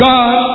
God